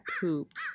pooped